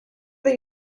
that